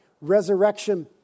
Resurrection